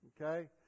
okay